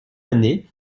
année